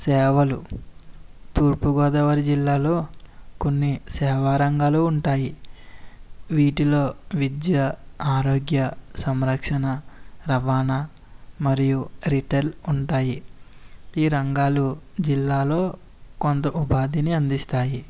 సేవలు తూర్పు గోదావరి జిల్లాలో కొన్నిసేవారంగాలు ఉంటాయి వీటిలో విద్యా ఆరోగ్య సంరక్షణ రవాణా మరియు రిటైల్ ఉంటాయి ఈ రంగాలు జిల్లాలో కొంత ఉపాధిని అందిస్తాయి